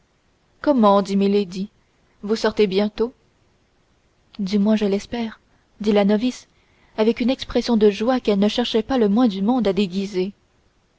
comment dit milady vous sortez bientôt du moins je l'espère dit la novice avec une expression de joie qu'elle ne cherchait pas le moins du monde à déguiser